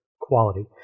quality